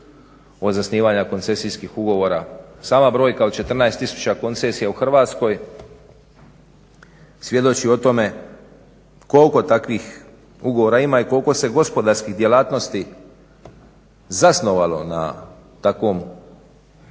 od zasnivanja koncesijskih ugovora. Sama brojka od 14 tisuća koncesija u Hrvatskoj svjedoči o tome koliko takvih ugovora ima i koliko se gospodarskih djelatnosti zasnovalo na takvom